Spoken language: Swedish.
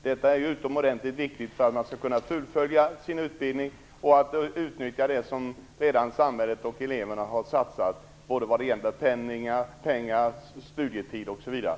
Detta är utomordentligt viktigt för att de skall kunna fullfölja sin utbildning och därmed utnyttja det som samhället och eleverna har satsat i pengar, studietid osv.